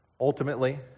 Ultimately